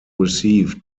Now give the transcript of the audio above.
positive